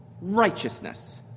righteousness